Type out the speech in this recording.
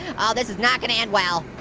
oh, this is not gonna end well.